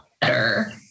better